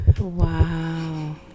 Wow